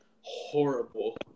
horrible